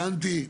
הבנתי.